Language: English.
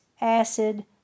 acid